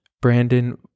Brandon